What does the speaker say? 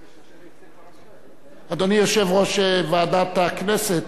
אדוני, יושב-ראש ועדת הכנסת,